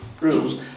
rules